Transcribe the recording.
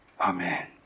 Amen